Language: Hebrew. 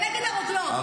נגד הרוגלות.